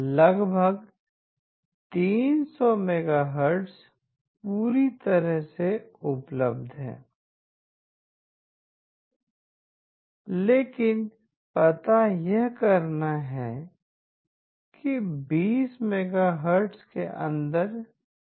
लगभग 300 मेगाहर्ट्ज़ पूरी तरह से उपलब्ध है लेकिन पता यह करना है कि 20 मेगाहर्ट्ज़ के अंदर क्या होता है